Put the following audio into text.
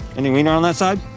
any wiener on that side?